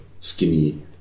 skinny